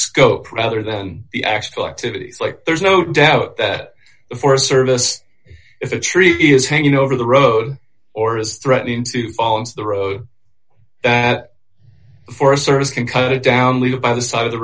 scope rather than the actual activities like there's no doubt that the forest service if a tree is hanging over the road or is threatening to fall into the road that forest service can cut it down leave by the side of the